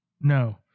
No